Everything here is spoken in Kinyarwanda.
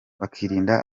bakirinda